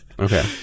Okay